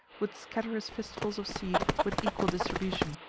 would scatter his fistfuls of seed with equal distribution,